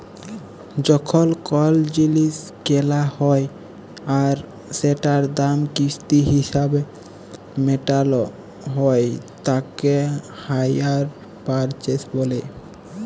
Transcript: যখল কল জিলিস কেলা হ্যয় আর সেটার দাম কিস্তি হিছাবে মেটাল হ্য়য় তাকে হাইয়ার পারচেস ব্যলে